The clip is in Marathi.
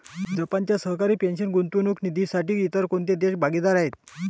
जपानच्या सरकारी पेन्शन गुंतवणूक निधीसाठी इतर कोणते देश भागीदार आहेत?